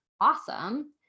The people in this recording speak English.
awesome